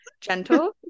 Gentle